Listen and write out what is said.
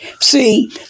see